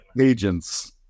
agents